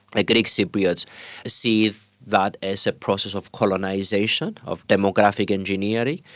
ah greek cypriots see that as a process of colonisation, of demographic engineering.